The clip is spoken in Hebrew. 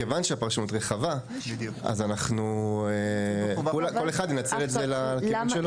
כיוון שהפרשנות רחבה אז אנחנו כל אחד ינצל את זה לכיוון שלו.